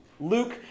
luke